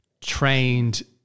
trained